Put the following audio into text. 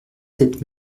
sept